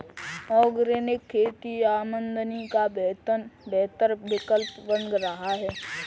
organic खेती आमदनी का बेहतर विकल्प बन रहा है